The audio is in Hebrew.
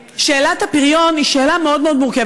שאלת הפריון היא שאלה מאוד מאוד מורכבת.